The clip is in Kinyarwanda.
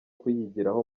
kuyigiraho